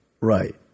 right